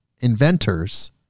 inventors